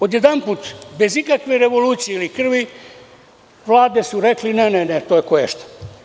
Odjednom bez ikakve revolucije i krvi, vlade su rekle, ne, ne, to je koješta.